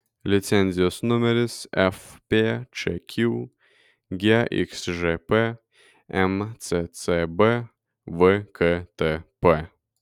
licenzijos numeris fpčq gxžp mccb vktp